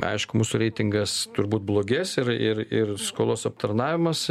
aišku mūsų reitingas turbūt blogės ir ir ir skolos aptarnavimas